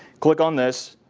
click on this.